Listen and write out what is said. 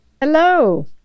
Hello